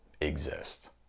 exist